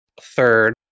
third